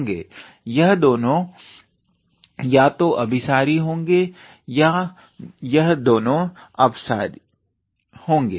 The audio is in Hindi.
यह दोनों या तो अभीसारी होंगे या यह दोनों अपसारी होंगे